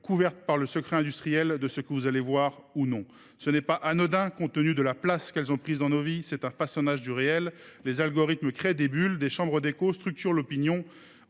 couvertes par le secret industriel, de ce que vous allez voir ou non. Ce n’est pas anodin compte tenu de la place qu’elles ont prise dans nos vies : c’est un façonnage du réel. Les algorithmes créent des bulles, des chambres d’écho, structurent l’opinion,